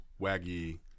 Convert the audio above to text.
Waggy